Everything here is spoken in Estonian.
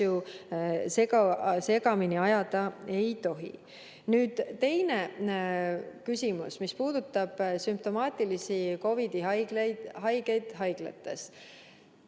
asju segamini ajada ei tohi. Nüüd teine küsimus, mis puudutab sümptomaatilisi COVID-iga haigeid